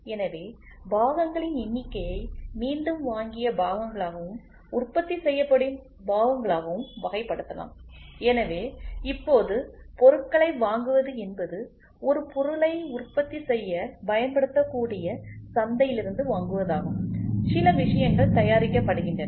எனவே பாகங்களின் எண்ணிக்கையை மீண்டும் வாங்கிய பாகங்களாகவும் உற்பத்தி செய்யப்படும் பாகங்களாகவும் வகைப்படுத்தலாம் எனவே இப்போது பொருட்களை வாங்குவது என்பது ஒரு பொருளை உற்பத்தி செய்ய பயன்படுத்தக்கூடிய சந்தையிலிருந்து வாங்குவதாகும் சில விஷயங்கள் தயாரிக்கப்படுகின்றன